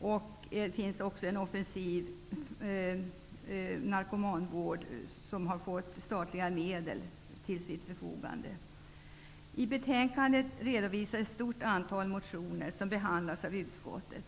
och för att utveckla en offensiv narkomanvård har betydande statliga medel ställts till förfogande. I betänkandet redovisas ett stort antal motioner som behandlats av utskottet.